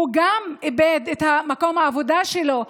הוא גם איבד את מקום העבודה שלו,